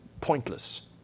pointless